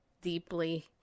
deeply